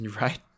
Right